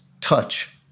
touch